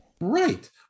right